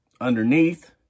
Underneath